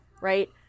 Right